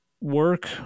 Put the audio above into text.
work